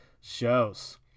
shows